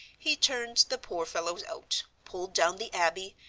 he turned the poor fellows out, pulled down the abbey,